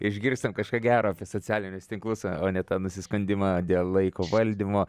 išgirstam kažką gero apie socialinius tinklus o ne tą nusiskundimą dėl laiko valdymo